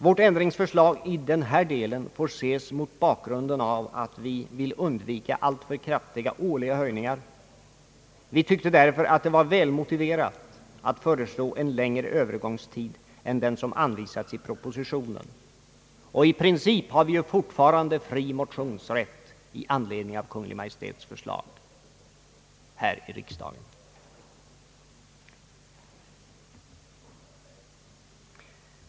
Vårt ändringsförslag i denna del får ses mot bakgrunden av att vi vill undvika alltför kraftiga årliga höjningar. Vi tyckte därför att det var välmotiverat att föreslå en längre övergångstid än den som anvisats i propositionen. I princip har vi ju fortfarande fri motionsrätt i anledning av Kungl. Maj:ts förslag här i riksdagen.